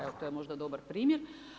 Evo, to je možda dobar primjer.